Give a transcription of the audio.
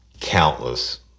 countless